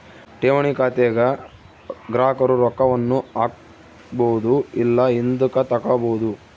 ಠೇವಣಿ ಖಾತೆಗ ಗ್ರಾಹಕರು ರೊಕ್ಕವನ್ನ ಹಾಕ್ಬೊದು ಇಲ್ಲ ಹಿಂದುಕತಗಬೊದು